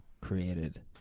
created